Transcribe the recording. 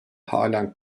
halen